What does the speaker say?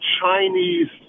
Chinese